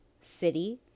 city